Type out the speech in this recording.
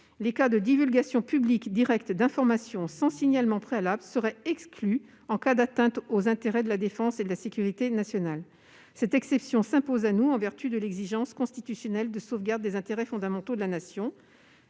les cas de divulgation publique directe d'informations sans signalement préalable seraient exclus en cas d'atteinte aux intérêts de la défense et de la sécurité nationales. Cette exception s'impose à nous, en vertu de l'exigence constitutionnelle de sauvegarde des intérêts fondamentaux de la Nation.